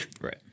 Right